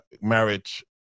marriage